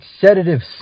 sedatives